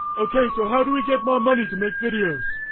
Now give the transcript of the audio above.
ok, so how do we get more money to make videos